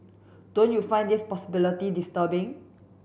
don't you find these possibility disturbing